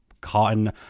cotton